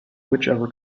whichever